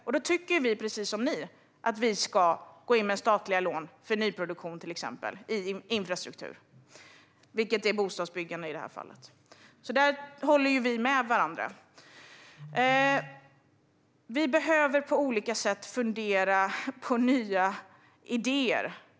Precis som ni tycker vi att man ska gå in med statliga lån för exempelvis nyproduktion i infrastruktur, vilket är bostadsbyggande i det här fallet. Där håller vi med varandra. Vi behöver på olika sätt fundera på nya idéer.